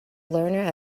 learner